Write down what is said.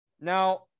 Now